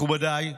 מכובדיי,